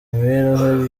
imibereho